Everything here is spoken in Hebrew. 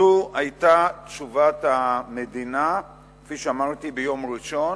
זו היתה תשובת המדינה, כפי שאמרתי, ביום ראשון,